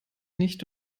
nicht